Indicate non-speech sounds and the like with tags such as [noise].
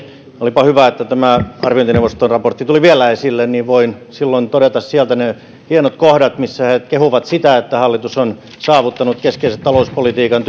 olipa hyvä kun tämä arviointineuvoston raportti tuli vielä esille niin voin silloin todeta sieltä ne hienot kohdat missä he kehuvat sitä että hallitus on saavuttanut keskeiset talouspolitiikan [unintelligible]